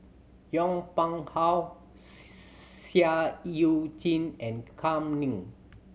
Yong Pung How Seah Eu Chin and Kam Ning